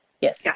Yes